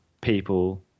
people